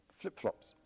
flip-flops